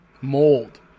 mold